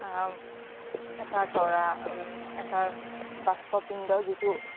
এটা তৰা এটা বাষ্প পিণ্ড যিটো